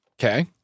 Okay